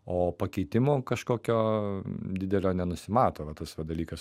o pakeitimų kažkokio didelio nenusimato va tas va dalykas